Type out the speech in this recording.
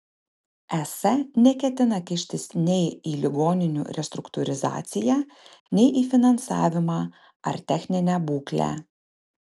es neketina kištis nei į ligoninių restruktūrizaciją nei į finansavimą ar techninę būklę